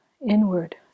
inward